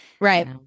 right